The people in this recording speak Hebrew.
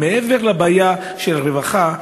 מעבר לבעיה של הרווחה,